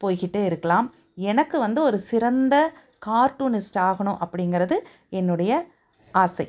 போய்க்கிட்டே இருக்கலாம் எனக்கு வந்து ஒரு சிறந்த கார்ட்டூனிஸ்ட் ஆகணும் அப்படிங்கிறது என்னுடைய ஆசை